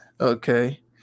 okay